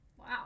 Wow